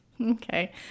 Okay